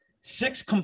Six